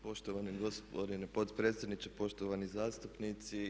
Poštovani gospodine potpredsjedniče, poštovani zastupnici.